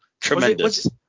Tremendous